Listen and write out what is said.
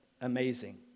amazing